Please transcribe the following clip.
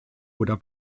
oder